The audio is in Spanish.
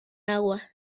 agua